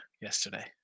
yesterday